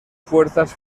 fuerzas